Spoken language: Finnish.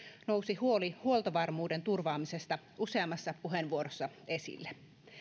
nousi huoli huoltovarmuuden turvaamisesta useammassa puheenvuorossa esille